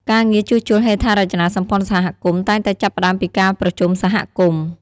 ការងារជួសជុលហេដ្ឋារចនាសម្ព័ន្ធសហគមន៍តែងតែចាប់ផ្ដើមពីការប្រជុំសហគមន៍។